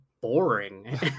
boring